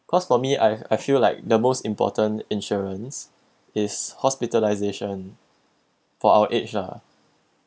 cause for me I I feel like the most important insurance is hospitalization for our age lah